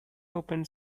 opened